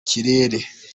kirere